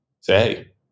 Say